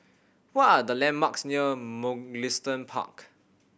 what are the landmarks near Mugliston Park